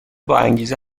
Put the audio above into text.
باانگیزه